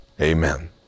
amen